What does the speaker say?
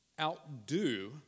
Outdo